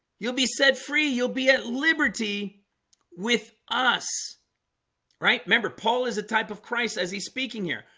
you'll be set free. you'll be at liberty with us right. remember paul is the type of christ as he's speaking here.